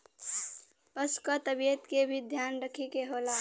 पसु क तबियत के भी ध्यान रखे के होला